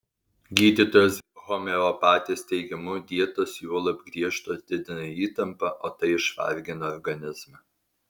gydytojos homeopatės teigimu dietos juolab griežtos didina įtampą o tai išvargina organizmą